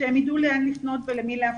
שהם ידעו לאן לפנות ולמי להפנות.